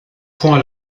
point